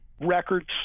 records